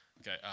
Okay